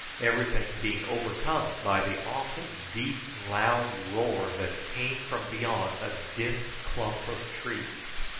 everything being overcome by the awful deep loud roar that came from beyond a dense clump of trees.